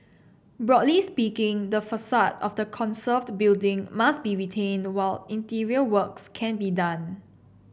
broadly speaking the facade of the conserved building must be retained while interior works can be done